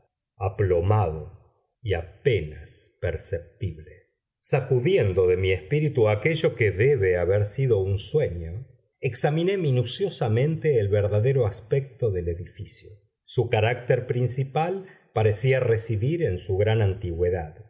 aplomado y apenas perceptible sacudiendo de mi espíritu aquello que debe haber sido un sueño examiné minuciosamente el verdadero aspecto del edificio su carácter principal parecía residir en su gran antigüedad